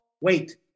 wait